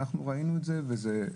אנחנו ראינו את זה,